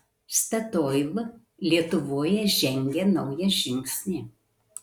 statoil lietuvoje žengia naują žingsnį